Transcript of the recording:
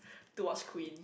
to watch Queen